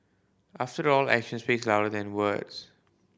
after all actions speak louder than words